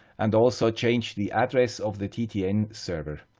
and also change the address of the ttn server.